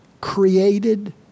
created